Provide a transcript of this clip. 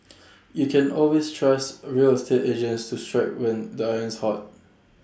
you can always trust A real estate agents to strike when the iron's hot